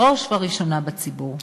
בראש ובראשונה בציבור.